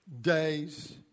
days